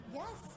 yes